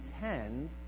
tend